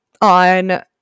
on